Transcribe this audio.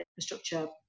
infrastructure